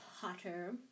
Potter